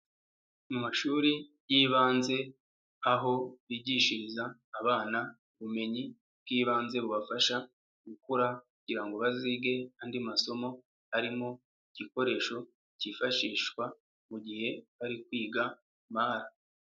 Amashuri y'ibanze aho bigishiriza abana ubumenyi bw'ibanze bubafasha gukura kugira ngo bazige andi masomo arimo igikoresho kifashishwa mu gihe bari kwiga mara.